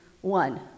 One